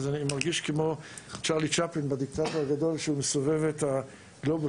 אני מרגיש כמו צ'רלי צ'פלין בדיקטטור הגדול שהוא מסובב את הגלובוס.